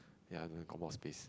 ya then got more space